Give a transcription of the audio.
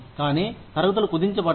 కానీ తరగతులు కుదించబడ్డాయి